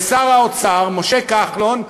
ושר האוצר משה כחלון,